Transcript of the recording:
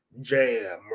jam